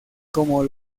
como